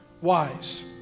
wise